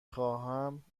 خواهم